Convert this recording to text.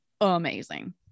amazing